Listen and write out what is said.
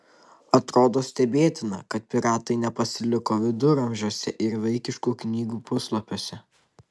atrodo stebėtina kad piratai nepasiliko viduramžiuose ir vaikiškų knygų puslapiuose